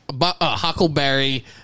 huckleberry